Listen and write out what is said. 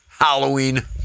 Halloween